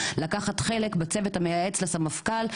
לקחת חלק בצוות המייעץ לסמפכ"ל,